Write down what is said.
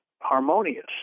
harmonious